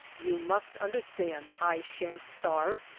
you must understand i sha'n't starve,